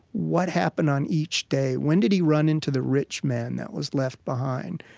what happened on each day? when did he run into the rich man that was left behind?